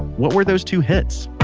what were those two hits,